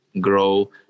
grow